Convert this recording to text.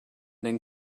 den